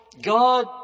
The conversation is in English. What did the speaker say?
God